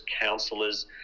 counselors